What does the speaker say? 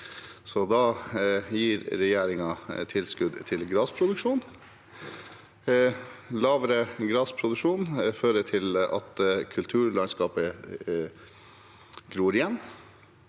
da gir regjeringen tilskudd til grasproduksjon. Lavere grasproduksjon fører til at kulturlandskapet gror igjen,